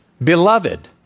Beloved